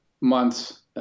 months